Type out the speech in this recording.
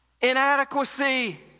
inadequacy